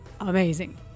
amazing